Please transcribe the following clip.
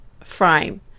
frame